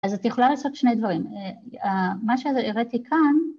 ‫אז את יכולה לעשות שני דברים. ‫מה שהראתי כאן...